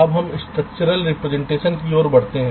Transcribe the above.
अब हम structural representation की ओर बढ़ते हैं